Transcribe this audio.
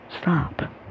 Stop